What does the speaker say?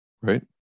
right